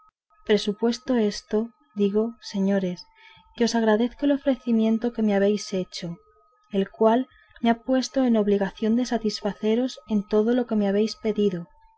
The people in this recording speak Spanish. presupuesto esto digo señores que os agradezco el ofrecimiento que me habéis hecho el cual me ha puesto en obligación de satisfaceros en todo lo que me habéis pedido